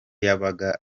yabaga